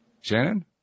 Shannon